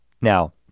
now